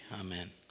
amen